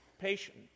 Patient